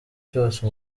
cyose